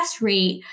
rate